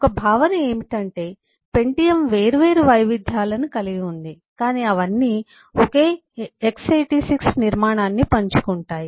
ఒక భావన ఏమిటంటే పెంటియమ్ వేర్వేరు వైవిధ్యాలను కలిగి ఉంది కానీ అవన్నీ ఒకే x86 నిర్మాణాన్ని పంచుకుంటాయి